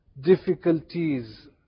difficulties